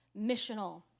missional